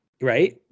Right